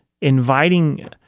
inviting